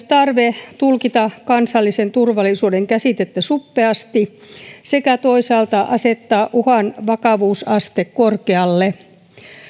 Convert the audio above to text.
tarve tulkita kansallisen turvallisuuden käsitettä suppeasti sekä toisaalta asettaa uhan vakavuusaste korkealle